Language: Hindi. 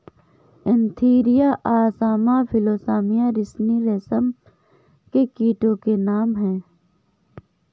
एन्थीरिया असामा फिलोसामिया रिसिनी रेशम के कीटो के नाम हैं